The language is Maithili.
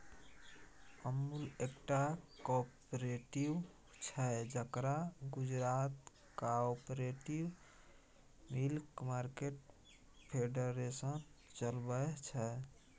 अमुल एकटा कॉपरेटिव छै जकरा Gujarat cooperative milk market federation चलबै छै